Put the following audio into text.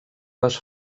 les